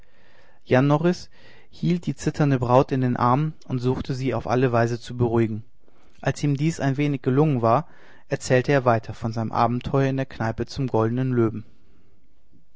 hielt die bleiche zitternde braut in den armen und suchte sie auf alle weise zu beruhigen als ihm dieses ein wenig gelungen war erzählte er weiter von seinem abenteuer in der kneipe zum goldenen löwen